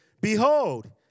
Behold